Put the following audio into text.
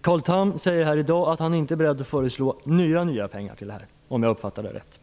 Carl Tham säger här i dag att han inte är beredd att föreslå några nya pengar till detta, om jag har uppfattat det rätt.